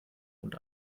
und